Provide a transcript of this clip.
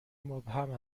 مبهم